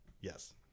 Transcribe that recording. Yes